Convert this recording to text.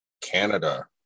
Canada